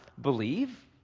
believe